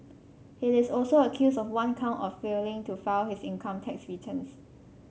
he is also accused of one count of failing to file his income tax returns